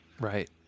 right